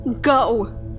go